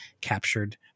captured